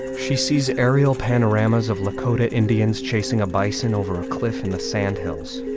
she sees aerial panoramas of lakota indians chasing a bison over a cliff in the sandhills.